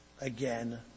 again